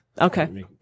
Okay